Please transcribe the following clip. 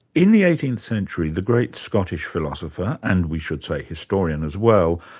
in the eighteenth century, the great scottish philosopher, and we should say historian as well,